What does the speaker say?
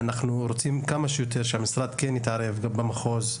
אנחנו רוצים כמה שיותר שהמשרד כן יתערב במחוז,